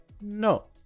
no